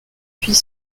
puis